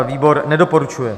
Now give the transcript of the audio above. Výbor nedoporučuje.